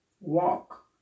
Walk